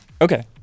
Okay